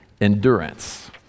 endurance